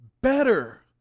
better